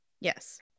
Yes